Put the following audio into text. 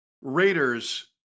Raiders